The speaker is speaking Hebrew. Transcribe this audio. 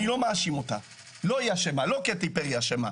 אני לא מאשים אותה, לא קטי פרי אשמה.